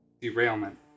Derailment